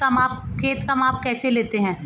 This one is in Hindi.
खेत का माप कैसे लेते हैं?